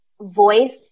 voice